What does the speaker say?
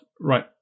right